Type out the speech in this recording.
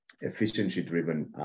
efficiency-driven